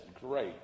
great